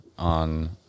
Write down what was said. on